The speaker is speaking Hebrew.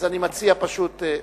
אז אני מציע פשוט,